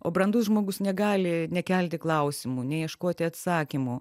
o brandus žmogus negali nekelti klausimų neieškoti atsakymų